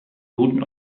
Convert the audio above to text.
guten